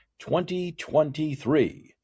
2023